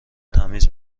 تمیز